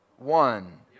One